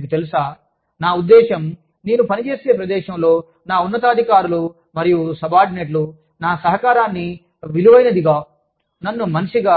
మీకు తెలుసా నా ఉద్దేశ్యం నేను పనిచేసే ప్రదేశంలో నా ఉన్నతాధికారులు మరియు సబార్డినేట్లు నా సహకారాన్ని విలువైనదిగా నన్ను మనిషిగా